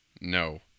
No